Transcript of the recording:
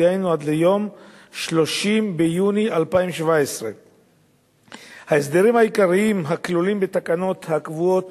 דהיינו עד ליום 30 ביוני 2017. ההסדרים העיקריים הכלולים בתקנות הקבועות